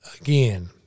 Again